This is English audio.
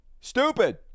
Stupid